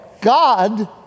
God